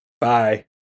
bye